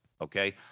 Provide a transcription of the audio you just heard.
okay